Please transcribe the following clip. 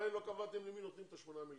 עדיין לא קבעתם למי נותנים את ה-8 מיליארד.